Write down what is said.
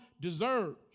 deserves